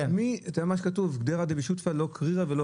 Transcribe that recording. כפי שכתוב: "קדירה דשותפי לא חמימא ולא